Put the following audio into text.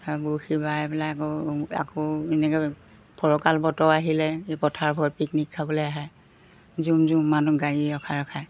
আকৌ বৰশী বাই পেলাই আকৌ আকৌ এনেকৈ ফৰকাল বতৰ আহিলে এই পথাৰবোৰত পিকনিক খাবলৈ আহে জুম জুম মানুহ গাড়ী ৰখায় ৰখায়